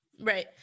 Right